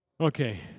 Okay